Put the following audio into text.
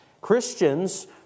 Christians